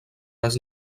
les